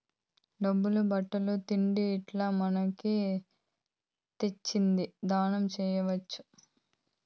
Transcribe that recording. డబ్బులు బట్టలు తిండి ఇట్లా మనకు తోచింది దానం చేయొచ్చు